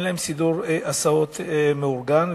אין להם סידור הסעות מאורגן,